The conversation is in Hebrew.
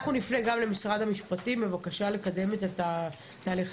אנחנו נפנה גם למשרד המשפטים בבקשה לקדם את התהליך.